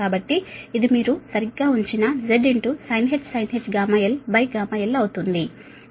కాబట్టి ఇది మీరు సరిగ్గా ఉంచిన Z sinh γl γl అవుతుంది